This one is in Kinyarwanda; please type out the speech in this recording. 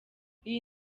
iyi